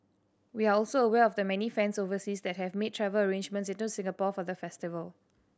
we are also aware of the many fans overseas that have made travel arrangements into Singapore for the festival